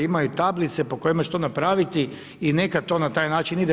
Imaju tablice po kojima će to napraviti i neka to na taj način ide.